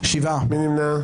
מי נמנע?